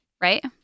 Right